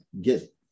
get